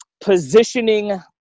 positioning